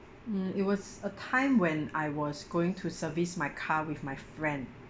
mm it was a time when I was going to service my car with my friend